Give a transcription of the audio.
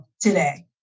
today